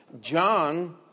John